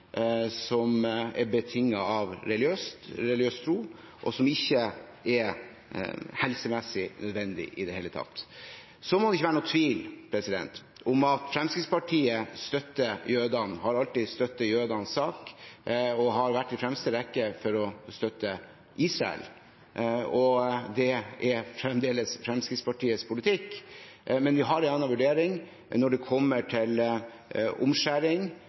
som er betinget av religiøs tro, og som ikke er helsemessig nødvendig i det hele tatt. Så må det ikke være noen tvil om at Fremskrittspartiet støtter jødene, alltid har støttet jødenes sak og har vært i fremste rekke for å støtte Israel. Det er fremdeles Fremskrittspartiets politikk, men vi har en annen vurdering når det kommer til omskjæring